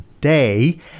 Day